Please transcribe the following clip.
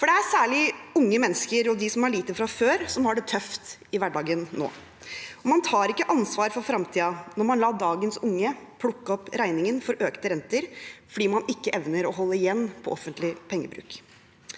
har? Det er særlig unge mennesker og de som har lite fra før, som har det tøft i hverdagen nå. Man tar ikke ansvar for framtiden når man lar dagens unge plukke opp regningen for økte renter fordi man ikke evner å holde igjen på offentlig pengebruk.